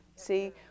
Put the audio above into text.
See